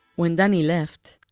when danny left,